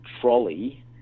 trolley